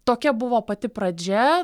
tokia buvo pati pradžia